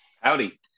Howdy